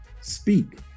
speak